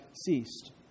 ceased